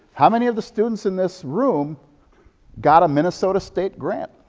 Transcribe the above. how many of the students in this room got a minnesota state grant?